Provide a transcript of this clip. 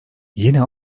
yine